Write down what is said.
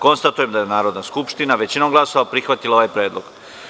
Konstatujem da je Narodna skupština većinom glasova prihvatila ovaj predlog.